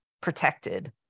protected